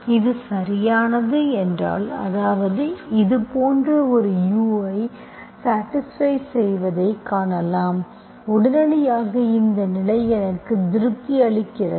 இது சரியானது என்றால் அதாவது இது போன்ற ஒரு u ஐ சாடிஸ்பை செய்வதை காணலாம் உடனடியாக இந்த நிலை எனக்கு திருப்தி அளிக்கிறது